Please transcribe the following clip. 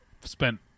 spent